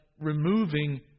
removing